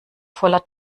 voller